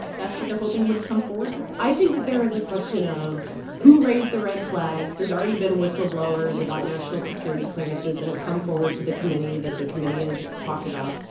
that's what they're hoping would come forward here? i think that there is a question of, who raised the red flags? there's already been whistleblowers about national security clearances that have come forward to the committee that the committee has talked about.